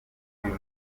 w’uyu